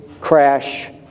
crash